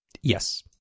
yes